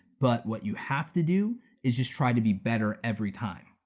but what you have to do is just try to be better every time.